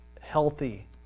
healthy